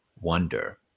wonder